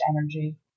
energy